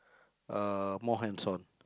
uh more hands on